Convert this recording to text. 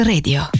Radio